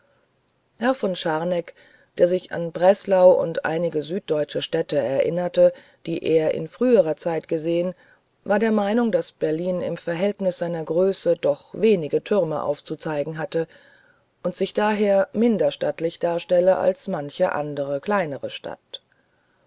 herr von scharneck der sich an breslau und einige süddeutsche städte erinnerte die er in früherer zeit gesehen war der meinung daß berlin im verhältnis seiner größe doch wenig türme aufzuzeigen habe und sich daher minder stattlich darstelle als manche andere kleinere stadt